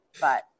but-